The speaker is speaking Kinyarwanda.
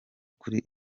kuri